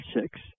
six